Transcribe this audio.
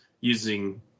using